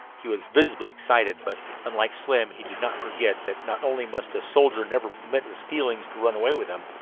he was visibly excited, but, unlike slim, he did not forget that not only must a soldier never permit his feelings to run away with him,